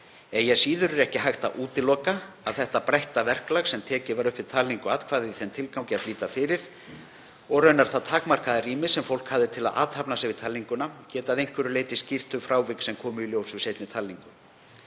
Eigi að síður er ekki hægt að útiloka að það breytta verklag sem tekið var upp við talningu atkvæða í þeim tilgangi að flýta fyrir, og það takmarkaða rými sem fólk hafði til að athafna sig við talningu, geti að einhverju leyti skýrt þau frávik sem komu í ljós við seinni talningu